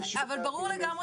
אני חושבת שהעיקרון